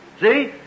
See